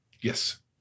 Yes